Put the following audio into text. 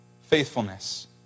Faithfulness